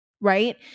Right